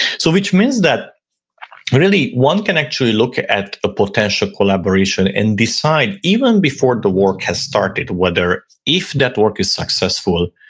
so which means that really one can actually look at a potential collaboration and decide even before the work has started, whether if that work is successful,